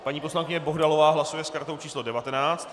Paní poslankyně Bohdalová hlasuje s kartou číslo 19.